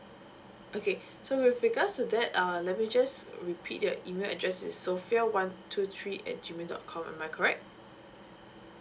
okay so with regards to that uh let me just repeat your email address it's sofea one two three at G mail dot com am I correct